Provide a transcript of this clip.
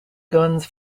guns